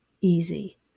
easy